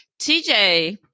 TJ